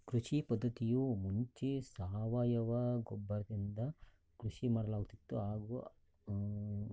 ಕೃಷಿ ಪದ್ಧತಿಯು ಮುಂಚೆ ಸಾವಯವ ಗೊಬ್ಬರದಿಂದ ಕೃಷಿ ಮಾಡಲಾಗುತ್ತಿತ್ತು ಹಾಗೂ